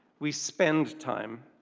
we spend time.